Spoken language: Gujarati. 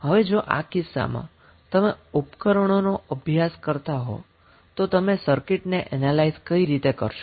હવે જો આ કિસ્સામાં તમે ઉપકરણોનો અભ્યાસ કરતા હો તો તમે સર્કિટને એનેલાઈઝ કઈ રીતે કરશો